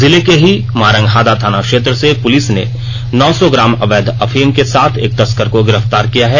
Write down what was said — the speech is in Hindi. जिले के ही मारंगहादा थाना क्षेत्र से पुलिस ने नौ सौ ग्राम अवैध अफीम के साथ एक तस्कर को गिरफ्तार किया है